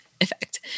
effect